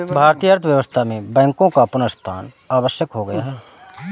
भारतीय अर्थव्यवस्था में बैंकों का पुनरुत्थान आवश्यक हो गया है